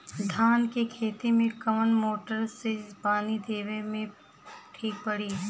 धान के खेती मे कवन मोटर से पानी देवे मे ठीक पड़ी?